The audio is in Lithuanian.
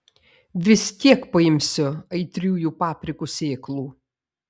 vis tiek paimsiu aitriųjų paprikų sėklų